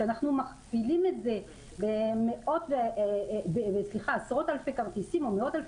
וכשאנחנו מכפילים את זה בעשרות-אלפי כרטיסים או במאות-אלפי